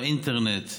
באינטרנט,